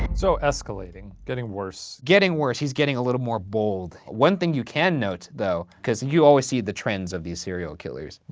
so escalating, getting worse. getting worse, he's getting a little more bold. one thing you can note though, cause you always see the trends of these serial killers,